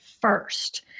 first